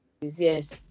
Yes